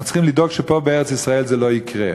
אנחנו צריכים לדאוג שפה בארץ-ישראל זה לא יקרה.